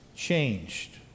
changed